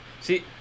See